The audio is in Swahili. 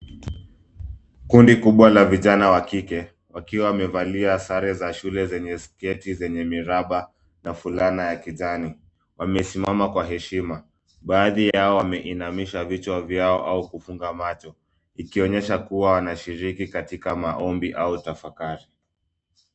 Kundi kubwa la vijana wa kike wakiwa wamevalia sare za shule zenye sketi zenye miraba na fulana ya kijani. Wamesimama kwa heshima. Baadhi yao ameinamisha vichwa vyao au kufunga macho ikionyesha kuwa wanashiriki katika maombi au tafakari.